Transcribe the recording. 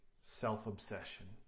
self-obsession